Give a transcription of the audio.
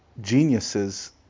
geniuses